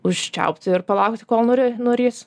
užčiaupti ir palaukti kol nury nurys